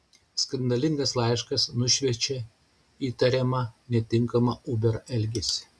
skandalingas laiškas nušviečia įtariamą netinkamą uber elgesį